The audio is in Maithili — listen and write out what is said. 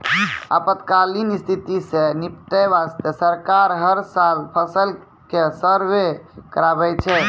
आपातकालीन स्थिति सॅ निपटै वास्तॅ सरकार हर साल फसल के सर्वें कराबै छै